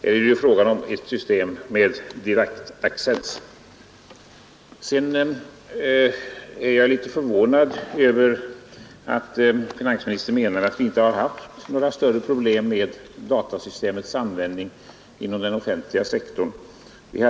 Här är det fråga om ett system med direkt access. Jag är en aning förvånad över att finansministern menar att vi inte haft några större problem med datasystemets användning inom den offentliga sektorn.